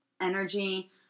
energy